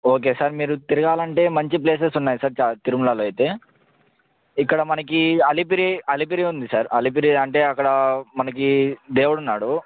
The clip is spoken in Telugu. ఓకే సార్ మీరు తిరగాలంటే మంచి ప్లేసెస్ ఉన్నాయి సార్ చ తిరుమలలో అయితే ఇక్కడ మనకి అలిపిరి అలిపిరి ఉంది సార్ అలిపిరి అంటే అక్కడ మనకి దేవుడున్నాడు